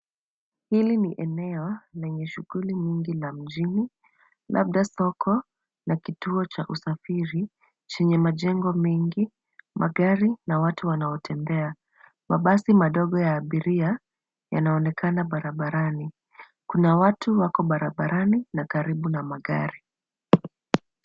Hili ni eneo lenye shughuli nyingi la mjini labda soko na kituo cha usafiri chenye majengo mengi, magari na watu wanaotembea. Mabasi madogo ya abiria yanaonekana barabarani. Kuna watu wako barabarani na karibu na magari.